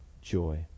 joy